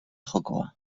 jokoa